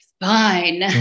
fine